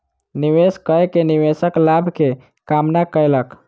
निवेश कय के निवेशक लाभ के कामना कयलक